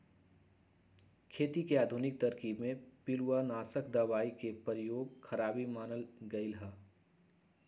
खेती के आधुनिक तरकिब में पिलुआनाशक दबाई के प्रयोग खराबी मानल गेलइ ह